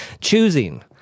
choosing